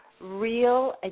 real